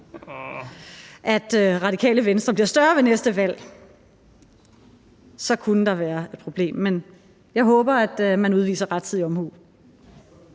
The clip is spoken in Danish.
at Radikale Venstre bliver større ved næste valg, så kunne der være et problem. Men jeg håber, at man udviser rettidig omhu.